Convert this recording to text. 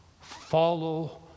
follow